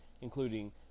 including